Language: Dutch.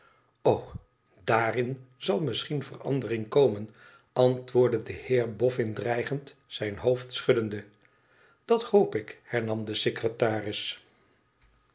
daarin zal misschien verandering komen antwoordde de heer boffin dreigend zijn hoofd schuddende dat hoop ik hernam de secretaris